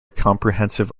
comprehensive